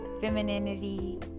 femininity